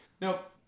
Nope